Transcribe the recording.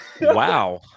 Wow